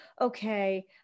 okay